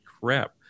crap